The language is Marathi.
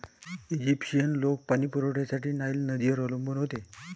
ईजिप्शियन लोक पाणी पुरवठ्यासाठी नाईल नदीवर अवलंबून होते